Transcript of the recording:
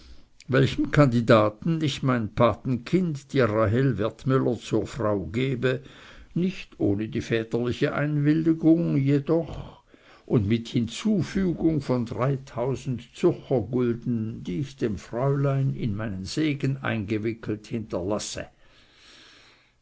welchem kandidaten ich mein patenkind die rahel wertmüllerin zur frau gebe nicht ohne die väterliche einwilligung jedoch und mit hinzufügung von dreitausend zürchergulden die ich dem fräulein in meinen segen eingewickelt hinterlasse